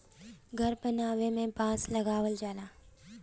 घर बनावे में बांस लगावल जाला